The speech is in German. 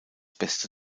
beste